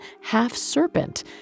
half-serpent